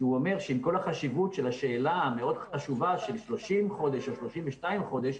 שאומר שעם כל החשיבות של השאלה המאוד-חשובה של 30 חודש או 32 חודש,